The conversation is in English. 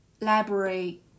library